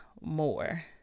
more